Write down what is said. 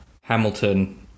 Hamilton